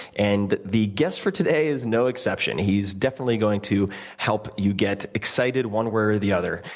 and the guest for today is no exception. he's definitely going to help you get excited one way or the other.